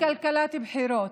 בחירות.